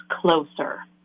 closer